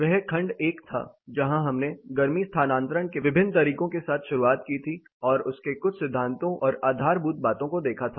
वह खंड एक था जहां हमने गर्मी स्थानांतरण के विभिन्न तरीकों के साथ शुरुआत की थी और उसके कुछ सिद्धांतों और आधारभूत बातों को देखा था